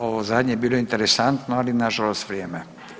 Ovo zadnje je bilo interesantno, ali nažalost vrijeme.